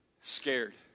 scared